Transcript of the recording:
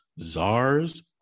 Czars